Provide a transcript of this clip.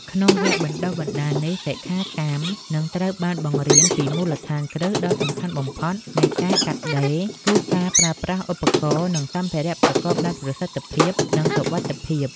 ក្នុងវគ្គបណ្តុះបណ្តាលនេះ សិក្ខាកាមនឹងត្រូវបានបង្រៀនពីមូលដ្ឋានគ្រឹះដ៏សំខាន់បំផុតនៃការកាត់ដេរ គឺការប្រើប្រាស់ឧបករណ៍ និងសម្ភារៈប្រកបដោយប្រសិទ្ធភាព និងសុវត្ថិភាព។